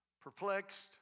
Perplexed